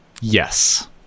Yes